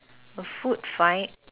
the food fight